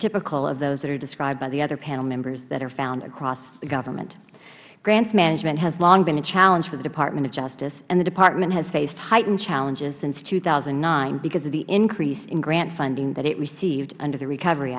typical of those that are described by the other panel members that are found across the government grants management has long been a challenge for the department of justice and the department has faced heightened challenges since two thousand and nine because of the increase in grant funding that it received under the recovery